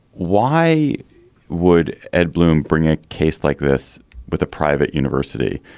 why would ed bloom bring a case like this with a private university